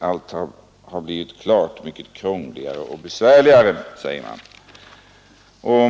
Allt har blivit mycket krångligare och besvärligare, säger man.